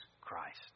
Christ